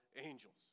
angels